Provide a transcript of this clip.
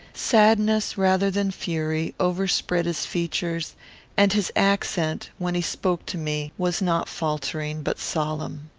sadness, rather than fury, overspread his features and his accent, when he spoke to me, was not faltering, but solemn.